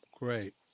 Great